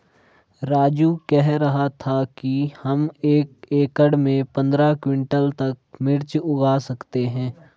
राजू कह रहा था कि हम एक एकड़ में पंद्रह क्विंटल तक मिर्च उगा सकते हैं